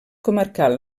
comarcal